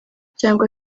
cyangwa